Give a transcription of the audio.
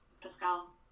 Pascal